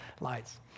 lights